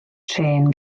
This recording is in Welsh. trên